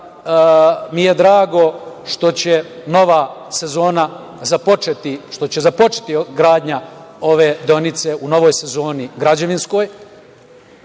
mi je drago što će nova sezona započeti, što će započeti gradnja ove deonice u novoj sezoni građevinskoj. Grad